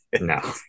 No